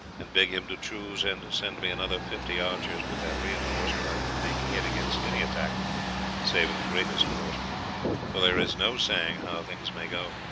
and beg him to choose and send me another fifty archers with that reinforcement i could make head against any attack save in the greatest force for there is no saying how things may go.